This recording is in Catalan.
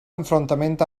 enfrontament